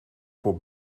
voor